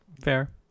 Fair